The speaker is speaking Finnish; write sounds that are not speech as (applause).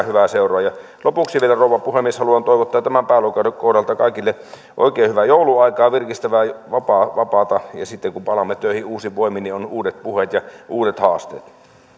(unintelligible) hyvää seuraa lopuksi vielä rouva puhemies haluan toivottaa tämän pääluokan kohdalla kaikille oikein hyvää joulunaikaa ja virkistävää vapaata ja sitten kun palaamme töihin uusin voimin niin on uudet puheet ja uudet haasteet